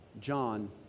John